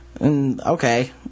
Okay